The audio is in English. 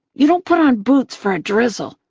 you don't put on boots for a drizzle.